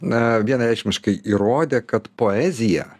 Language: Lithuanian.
na vienareikšmiškai įrodė kad poezija